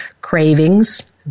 cravings